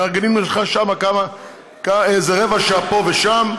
מארגנים לך שם איזה רבע שעה פה ושם.